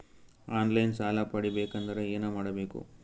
On line ಸಾಲ ಪಡಿಬೇಕಂದರ ಏನಮಾಡಬೇಕು?